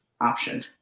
option